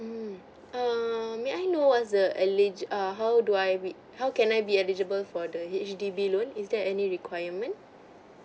mm err may I know what's the elig~ err how do I reg~ how can I be eligible for the H_D_B loan is there any requirement